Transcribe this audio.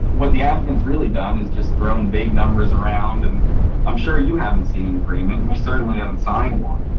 what the applicant's really done is just thrown vague numbers around. and i'm sure you haven't seen an agreement. we certainly haven't signed one.